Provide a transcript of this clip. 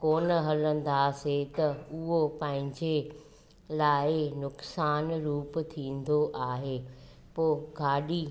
कोन हलंदासीं त उहो पंहिंजे लाइ नुक़सान रुपु थींदो आहे पोइ गाॾी